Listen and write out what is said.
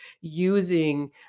using